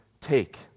take